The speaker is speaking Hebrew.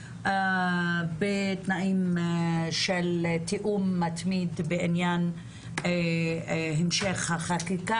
בתנאים של תיאום מתמיד בעניין המשך החקיקה,